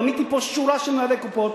מניתי פה שורה של מנהלי קופות,